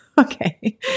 Okay